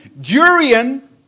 Durian